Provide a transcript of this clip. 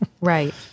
Right